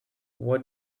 what